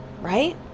right